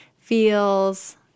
feels